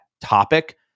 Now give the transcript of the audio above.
topic